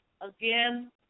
again